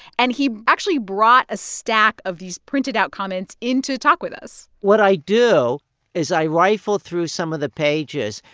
and he actually brought a stack of these printed-out comments in to talk with us what i do is i rifle through some of the pages,